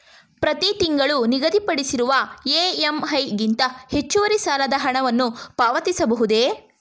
ಪ್ರತಿ ತಿಂಗಳು ನಿಗದಿಪಡಿಸಿರುವ ಇ.ಎಂ.ಐ ಗಿಂತ ಹೆಚ್ಚುವರಿ ಸಾಲದ ಹಣವನ್ನು ಪಾವತಿಸಬಹುದೇ?